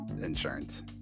insurance